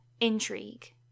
Intrigue